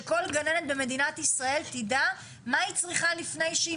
שכל גננת במדינת ישראל תדע מה היא צריכה לפני שהיא